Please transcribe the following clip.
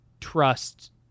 trust